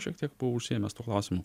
šiek tiek buvau užsiėmęs tuo klausimu